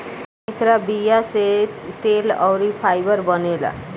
एकरा बीया से तेल अउरी फाइबर बनेला